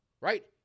right